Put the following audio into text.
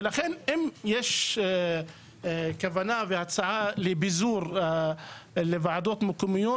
ולכן אם יש כוונה והצעה לביזור לוועדות מקומיות,